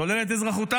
שולל את אזרחותם.